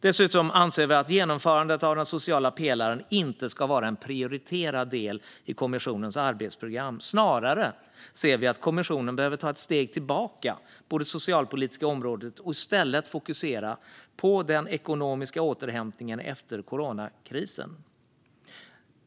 Dessutom anser vi att genomförandet av den sociala pelaren inte ska vara en prioriterad del i kommissionens arbetsprogram. Snarare ser vi att kommissionen behöver ta ett steg tillbaka på det socialpolitiska området och i stället fokusera på den ekonomiska återhämtningen efter coronakrisen.